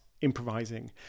improvising